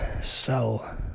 sell